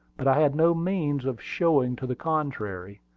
but i had no means of showing to the contrary.